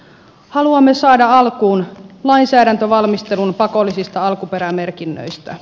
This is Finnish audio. haluamme saada alkuun lainsäädäntövalmistelun pakollisista alkuperämerkinnöistä